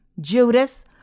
Judas